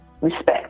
respect